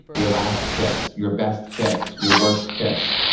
your last kiss, your best kiss, your worst kiss.